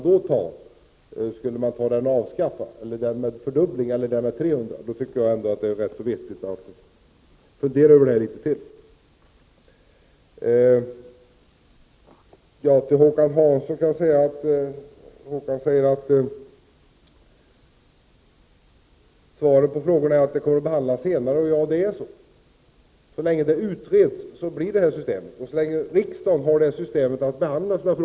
Skulle man följa den linje som ville avskaffa avgiften, den som ville fördubbla den eller den som ville höja avgiften med 300 76? Därför är det vettigt att fundera litet mera. Håkan Hansson säger att svaret är att frågorna kommer att behandlas senare. Ja, så är det, så länge det pågår en utredning och så länge riksdagen har det här systemet att behandla sina frågor.